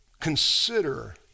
consider